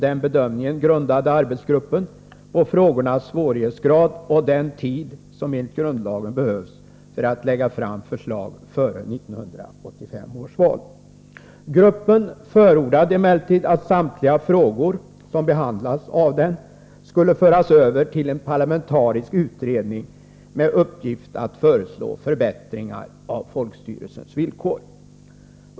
Denna bedömning grundade arbetsgruppen på frågornas svårighetsgrad och den tid som enligt grundlagen behövs för att lägga fram förslag före 1985 års val. Gruppen förordade emellertid att samtliga frågor, som behandlats av den, skulle föras över till en parlamentarisk utredning med uppgift att föreslå förbättringar av folkstyrelsens villkor.